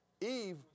Eve